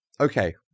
okay